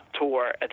tour